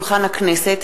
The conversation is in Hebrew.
הכנסת,